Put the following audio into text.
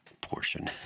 portion